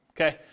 okay